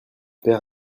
père